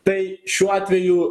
tai šiuo atveju